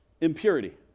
Impurity